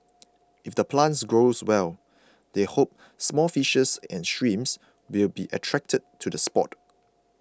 if the plants grow well they hope small fishes and shrimps will be attracted to the spot